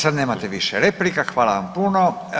Sad nemate više replika, hvala vam puno.